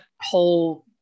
whole